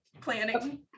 planning